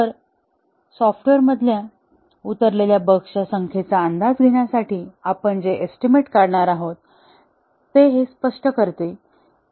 तर सॉफ्टवेअरमध्ये उरलेल्या बग्सच्या संख्येचा अंदाज घेण्यासाठी आपण जे एस्टीमेट काढणार आहोत ते हे स्पष्ट करते